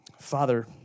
Father